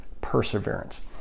perseverance